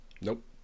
Nope